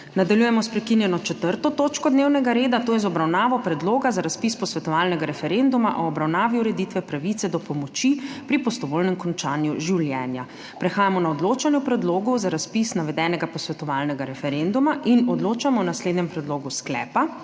Nadaljujemo s prekinjeno 4. točko dnevnega reda, to je z obravnavo Predloga za razpis posvetovalnega referenduma o obravnavi ureditve pravice do pomoči pri prostovoljnem končanju življenja. Prehajamo na odločanje o predlogu za razpis navedenega posvetovalnega referenduma in odločamo o naslednjem predlogu sklepa: